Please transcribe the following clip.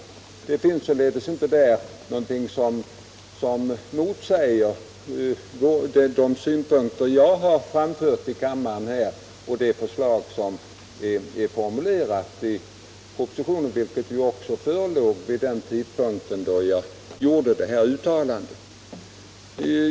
I detta finns ingenting som motsäger de synpunkter jag tidigare framfört i kammaren och det förslag som är formulerat i propositionen, vilket f. ö. förelåg vid den tidpunkt då jag gjorde detta uttalande.